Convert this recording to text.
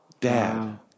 Dad